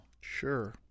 Sure